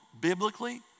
Biblically